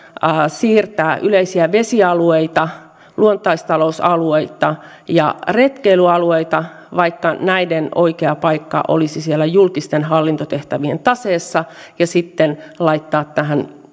siirtää yleisiä vesialueita luontaistalousalueita ja retkeilyalueita vaikka näiden oikea paikka olisi siellä julkisten hallintotehtävien taseessa ja sitten laittaa tähän